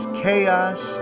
chaos